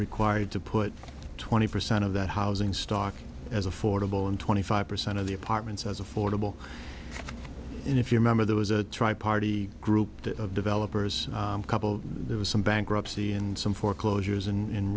required to put twenty percent of that housing stock as affordable in twenty five percent of the apartments as affordable and if you remember there was a tri party group of developers a couple there was some bankruptcy and some foreclosures and